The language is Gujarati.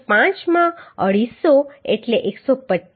5 માં 250 એટલે કે 125 MPa